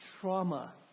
trauma